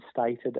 stated